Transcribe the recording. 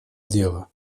дела